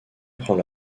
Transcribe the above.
prend